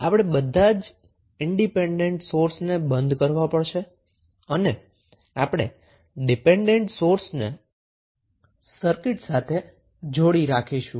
આપણે બધા ઈન્ડીપેન્ડન્ટ સોર્સને જ બંધ કરવા પડશે અને આપણે ડિપેન્ડન્ટ સોર્સને સર્કિટ સાથે જોડી રાખીશું